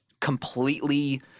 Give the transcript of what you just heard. completely